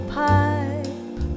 pipe